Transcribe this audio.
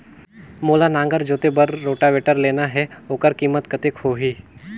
मोला नागर जोते बार रोटावेटर लेना हे ओकर कीमत कतेक होही?